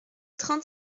trente